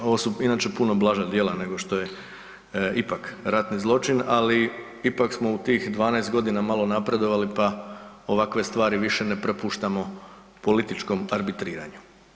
Ovo su inače puno blaža djela nego što je ipak ratni zločin, ali ipak smo u tih 12 godina malo napredovali pa ovakve stvari više ne propuštamo političkom arbitriranju.